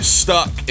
stuck